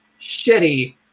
shitty